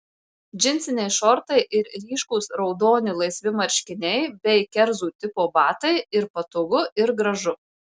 džinsiniai šortai ir ryškūs raudoni laisvi marškiniai bei kerzų tipo batai ir patogu ir gražu